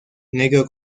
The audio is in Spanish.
negro